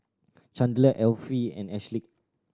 Chandler Elfie and Ashleigh